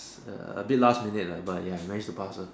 err a bit last minute lah but ya I managed to pass uh